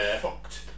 fucked